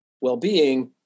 well-being